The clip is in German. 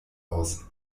aus